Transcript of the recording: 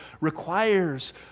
requires